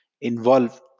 involve